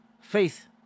Faith